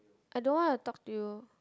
I don't want to talk to you